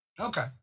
Okay